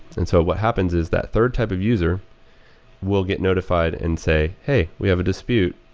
and so what happens is that third type of user will get notified and say, hey, we have a dispute.